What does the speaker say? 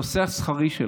נושא השכר שלהם,